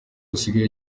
usigaye